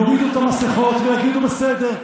יורידו את המסכות ויגידו: בסדר,